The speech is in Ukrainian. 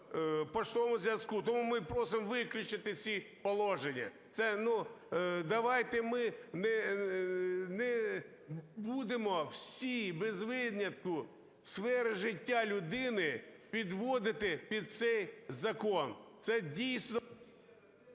поштовому зв'язку". Тому ми просимо виключити ці положення. Це, ну, давайте ми не будемо всі без винятку сфери життя людини підводити під цей закон. Це дійсно…